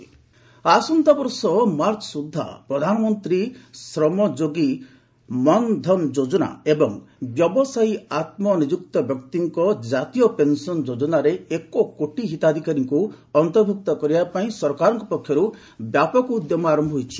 ଗଭ୍ pension ଆସନ୍ତା ବର୍ଷ March ସ୍ୱଦ୍ଧା 'ପ୍ରଧାନମନ୍ତ୍ରୀ ଶ୍ରମଯୋଗୀ ମାନ୍ ଧନ୍ ଯୋଜନା' ଏବଂ ବ୍ୟବସାୟୀ ଓ ଆତ୍ମନିଯୁକ୍ତ ବ୍ୟକ୍ତିଙ୍କ ଜାତୀୟ ପେନ୍ସନ୍ ଯୋଜନାରେ ଏକ କୋଟି ହିତାଧିକାରୀଙ୍କୁ ଅନ୍ତର୍ଭୁକ୍ତ କରିବାପାଇଁ ସରକାରଙ୍କ ପକ୍ଷରୁ ବ୍ୟାପକ ଉଦ୍ୟମ ଆରମ୍ଭ ହୋଇଛି